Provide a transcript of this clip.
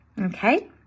Okay